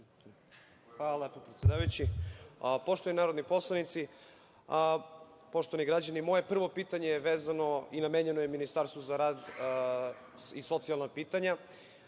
Hvala, predsedavajući. Poštovani narodni poslanici, poštovani građani, moje prvo pitanje je vezano i namenjeno je Ministarstvu za rad i socijalna pitanja. Naime,